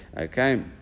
okay